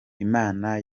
imana